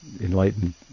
enlightened